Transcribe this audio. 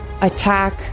attack